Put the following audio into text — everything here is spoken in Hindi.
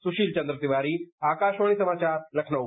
सुशील चंद्र तिवारी आकाशवाणी समाचार लखनऊ